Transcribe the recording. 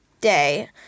day